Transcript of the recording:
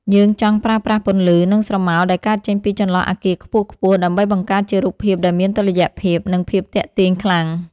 យើងចង់ប្រើប្រាស់ពន្លឺ និងស្រមោលដែលកើតចេញពីចន្លោះអាគារខ្ពស់ៗ ដើម្បីបង្កើតជារូបភាពដែលមានតុល្យភាព និងភាពទាក់ទាញខ្លាំង។